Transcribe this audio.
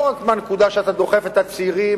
לא רק מהנקודה שאתה דוחף את הצעירים,